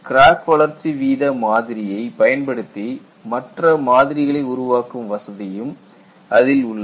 crack வளர்ச்சி வீத மாதிரியைப் பயன்படுத்தி மற்ற மாதிரிகளை உருவாக்கும் வசதியும் அதில் உள்ளது